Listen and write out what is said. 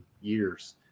years